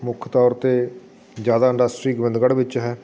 ਮੁੱਖ ਤੌਰ 'ਤੇ ਜ਼ਿਆਦਾ ਇੰਡਸਟਰੀ ਗੋਬਿੰਦਗੜ੍ਹ ਵਿੱਚ ਹੈ